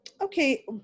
Okay